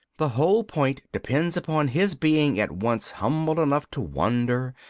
the whole point depends upon his being at once humble enough to wonder,